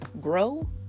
grow